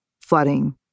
flooding